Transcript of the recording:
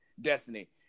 Destiny